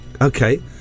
Okay